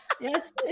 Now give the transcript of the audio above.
Yes